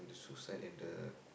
the suicide and the